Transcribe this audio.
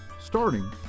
starting